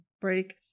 break